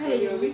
!huh! really